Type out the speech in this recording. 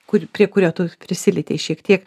kur prie kurio tu prisilietei šiek tiek